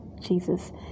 Jesus